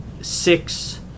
six